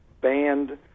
banned –